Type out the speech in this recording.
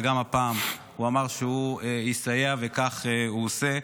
וגם הפעם הוא אמר שהוא יסייע וכך הוא עושה,